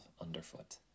underfoot